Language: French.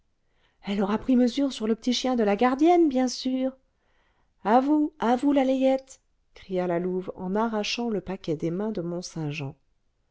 elle aura pris mesure sur le petit chien de la gardienne bien sûr à vous à vous la layette cria la louve en arrachant le paquet des mains de